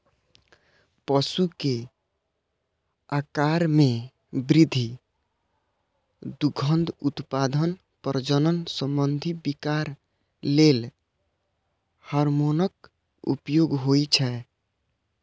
पशु के आाकार मे वृद्धि, दुग्ध उत्पादन, प्रजनन संबंधी विकार लेल हार्मोनक उपयोग होइ छै